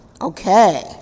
Okay